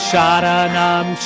Sharanam